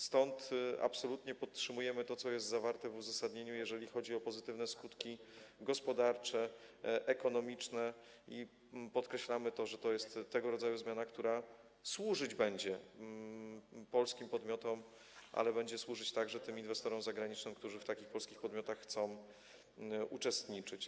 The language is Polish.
Stąd absolutnie podtrzymujemy to, co jest zawarte w uzasadnieniu, jeżeli chodzi o pozytywne skutki gospodarcze, ekonomiczne, i podkreślamy, że to jest tego rodzaju zmiana, która służyć będzie polskim podmiotom, ale będzie służyć także tym inwestorom zagranicznym, którzy w takich polskich podmiotach chcą uczestniczyć.